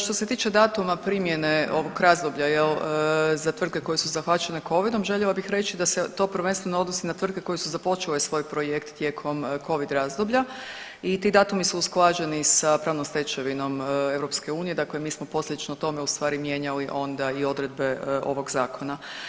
Što se tiče datuma primjene ovog razdoblja, je li, za tvrtke koje su zahvaćene Covidom, željela bih reći da se to prvenstveno odnosi na tvrtke koje su započele svoj projekt tijekom Covid razdoblja i ti datumi su usklađeni sa pravnom stečevinom EU, dakle mi smo posljedično tome ustvari mijenjali onda i odredbe ovog Zakona.